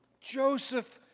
Joseph